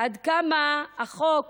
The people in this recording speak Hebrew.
עד כמה החוק